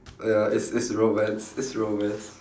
ya it's it's romance it's romance